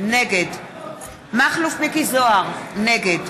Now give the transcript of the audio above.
נגד מכלוף מיקי זוהר, נגד